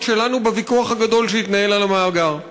שלנו בוויכוח הגדול שהתנהל על המאגר.